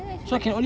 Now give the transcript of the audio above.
then actually